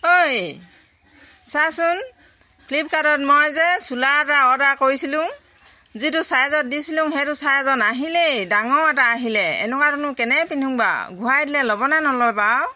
ঐ চাচোন ফ্লিপকাৰ্টত মই যে চোলা এটা অৰ্ডাৰ কৰিছিলোঁ যিটো চাইজত দিছিলোঁ সেইটো চাইজৰ নাহিলেই ডাঙৰ এটা আহিলে এনেকুৱাটোনো কেনেকৈ পিন্ধোঁ বাৰু ঘূৰাই দিলে ল'বনে নলয় বাৰু